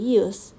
use